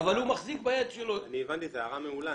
זו הערה מעולה.